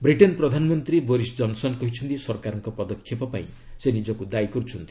Britain ପ୍ରଧାନମନ୍ତ୍ରୀ Boris Johnson କହିଛନ୍ତି ସରକାରଙ୍କ ପଦକ୍ଷେପ ପାଇଁ ସେ ନିଜକୁ ଦାୟୀ କରୁଛନ୍ତି